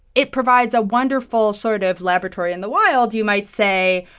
it provides a wonderful sort of laboratory in the wild, you might say,